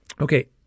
okay